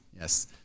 Yes